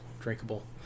drinkable